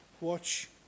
watch